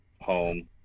home